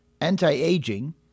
anti-aging